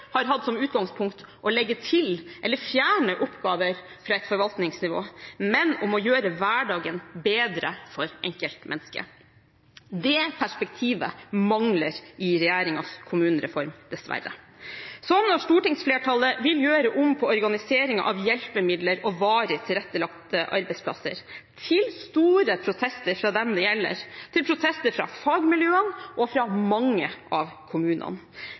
har hatt som utgangspunkt å legge til eller fjerne oppgaver fra et forvaltningsnivå, men å gjøre hverdagen bedre for enkeltmennesket. Det perspektivet mangler i regjeringens kommunereform, dessverre – som når stortingsflertallet vil gjøre om på organiseringen av hjelpemidler og varig tilrettelagte arbeidsplasser, til store protester fra dem det gjelder, til protester fra fagmiljøene og fra mange av kommunene,